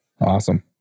Awesome